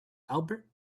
albert